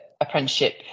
apprenticeship